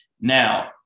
Now